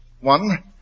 One